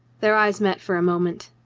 their eyes met for a moment.